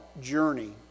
journey